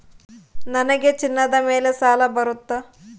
ನನಗೆ ಚಿನ್ನದ ಮೇಲೆ ಸಾಲ ಬರುತ್ತಾ?